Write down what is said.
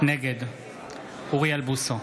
נגד אוריאל בוסו,